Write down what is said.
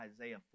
Isaiah